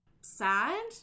sad